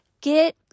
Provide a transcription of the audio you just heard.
get